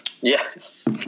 Yes